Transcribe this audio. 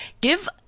Give